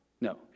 no